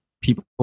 people